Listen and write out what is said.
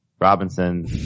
Robinson